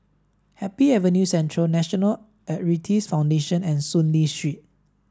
Happy Avenue Central National Arthritis Foundation and Soon Lee Street